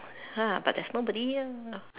ah but there's nobody here